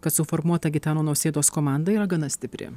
kad suformuota gitano nausėdos komanda yra gana stipri